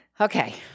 Okay